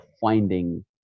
finding